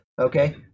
okay